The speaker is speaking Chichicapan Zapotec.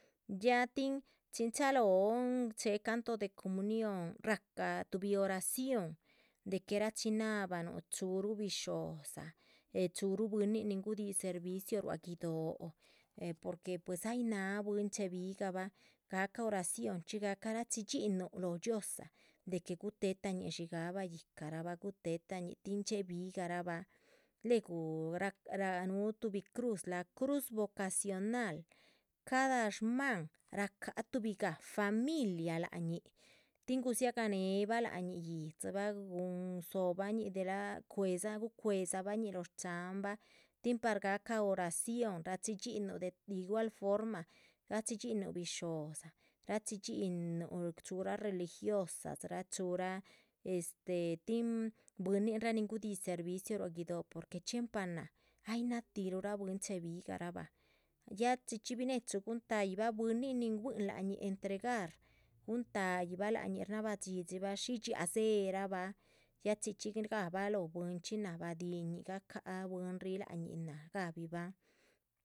Ya tin chin chalóhon chéhe canto de comunión rahca tuhbi oración de que rachinabahanuh chuhuruh bisho´dza, eh chuhuruh bwínin nin gudíh servicio ruá guido´, eh porque pues ay náha bwín chéhe bigah bah gahca oraciónchxi gahca gachidxihinuh lóho dhxióoza de que guhutehetañih shigáhabah yíhcarabah, guhutetañih. tin dxiéhe bigarah bah, luegu rah rah núhu tuhbi cruz láha cruz vocacional cada shmána rahcaha tuhbi gah familiar lác ñih, tin gudziáh gahnehbah. lac ñih yíhdzibah guhun dzóbañih delah cuedza gucuedzañih lóho shcháhanbah tin par gahca oración rachidxinnuh de igual forma gachi dxín nuh bisho´dza. rachi dxínnuh chuhura religiosas dza chúhurah este tin bwíninrah nin gudih servicio ruá guido´porque chxiempa náha ay náha tiruhra bwín chéhe bigah rabah. ya chichxí binechu guhun ta´yih bah bwínin nin buihin lac ñih entregar guhun ta´yibah lac ñih shnabadhxí dxi bah shí dxiáac dzéherabah ya chxí chxí. gahabah lóho bwinchxí náha badihinñih gahcah bwínrih lac ñih náha gabihibah.